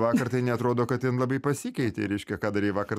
vakar tai neatrodo kad ten labai pasikeitei reiškia ką darei vakar